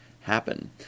happen